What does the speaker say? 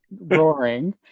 roaring